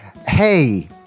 Hey